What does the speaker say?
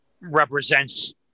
represents